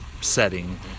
setting